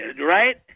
right